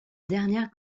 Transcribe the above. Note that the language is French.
dernière